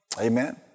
Amen